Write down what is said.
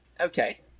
Okay